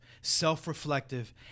self-reflective